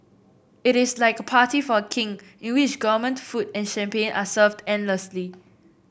it is like a party for a King in which government food and champagne are served endlessly